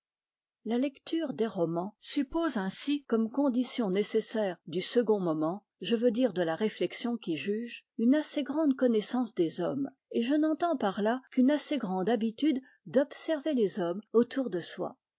la lecture des romans suppose ainsi comme condition nécessaire du second moment je veux dire de la réflexion qui juge une assez grande connaissance des hommes et je n'entends par là qu'une assez grande habitude d'observer les hommes autour de soi